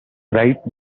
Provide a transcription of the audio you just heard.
right